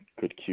good